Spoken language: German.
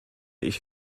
ich